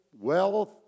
wealth